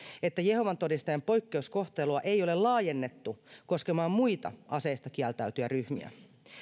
että jehovan todistajien poikkeuskohtelua ei ole laajennettu koskemaan muita aseistakieltäytyjäryhmiä